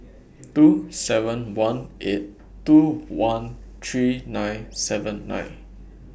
two seven one eight two one three nine seven nine